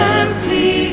empty